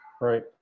right